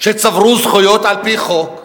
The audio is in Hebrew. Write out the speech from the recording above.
שצברו זכויות על-פי חוק.